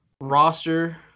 roster